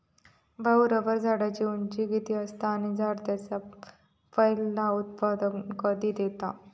भाऊ, रबर झाडाची उंची किती असता? आणि झाड त्याचा पयला उत्पादन कधी देता?